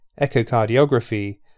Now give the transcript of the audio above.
echocardiography